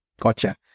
Gotcha